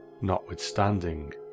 notwithstanding